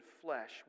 flesh